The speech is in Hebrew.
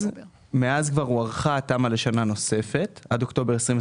מאז כבר הוארכה התמ"א לשנה נוספת עד אוקטובר 2023,